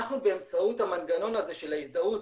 אנחנו באמצעות המנגנון הזה של ההזדהות